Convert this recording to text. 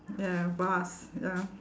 ya vast ya